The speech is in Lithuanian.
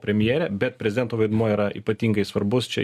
premjere bet prezidento vaidmuo yra ypatingai svarbus čia